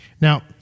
Now